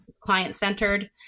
client-centered